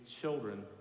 children